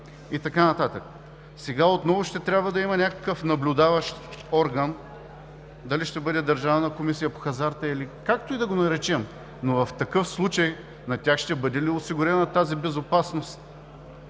и така нататък. Сега отново ще трябва да има някакъв наблюдаващ орган – дали ще бъде Държавната комисия по хазарта или както и да го наречемв такъв случай на тях ще бъде ли осигурена тази безопасност?